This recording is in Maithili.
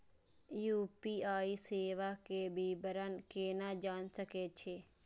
यू.पी.आई सेवा के विवरण केना जान सके छी?